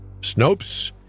Snopes